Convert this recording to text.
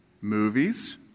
movies